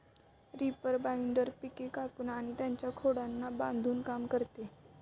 reaper binder पिके कापून आणि त्यांच्या खोडांना बांधून काम करते